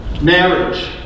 marriage